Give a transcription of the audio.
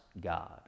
God